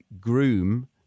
groom